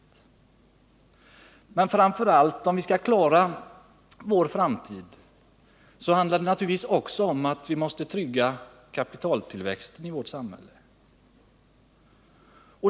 Men den viktigaste förutsättningen för att vi skall klara vår framtid är naturligtvis att vi kan trygga kapitaltillväxten i vårt samhälle.